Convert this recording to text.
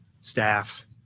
staff